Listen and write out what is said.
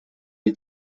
die